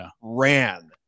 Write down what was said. ran